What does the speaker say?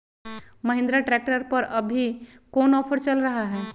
Mahindra tractor पर अभी कोन ऑफर चल रहा है?